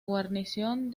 guarnición